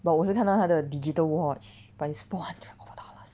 but 我是看到他的 digital watch but it's four hundred over dollars